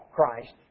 Christ